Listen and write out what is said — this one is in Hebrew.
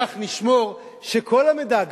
כך נשמור שכל המידע,